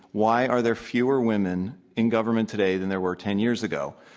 why are there fewer women in government today than there were ten years ago?